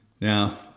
Now